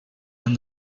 and